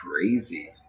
crazy